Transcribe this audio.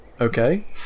Okay